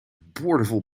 boordevol